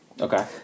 Okay